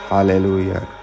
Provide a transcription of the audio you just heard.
Hallelujah